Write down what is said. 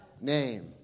name